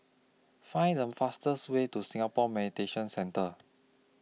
Find The fastest Way to Singapore Mediation Centre